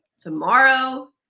tomorrow